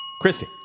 Christy